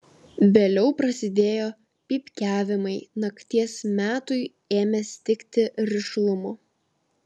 vėliau prasidėjo pypkiavimai nakties metui ėmė stigti rišlumo